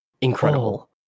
incredible